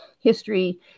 history